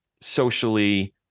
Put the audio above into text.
socially –